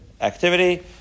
activity